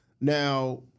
Now